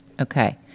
Okay